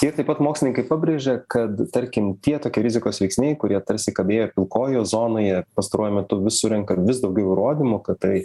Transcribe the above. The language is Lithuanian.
ir taip pat mokslininkai pabrėžia kad tarkim tie tokie rizikos veiksniai kurie tarsi kabėjo pilkojoje zonoje pastaruoju metu vis surenka vis daugiau įrodymų kad tai